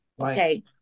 Okay